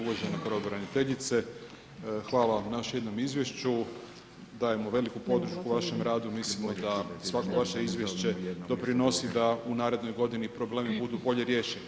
Uvažena pravobraniteljice, hvala vam na još jednom izvješću, dajemo veliku podršku vašem radu, mislimo da svako vaše izvješće doprinosi da u narednoj godini problemi budu bolje riješeni.